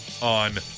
on